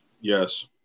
yes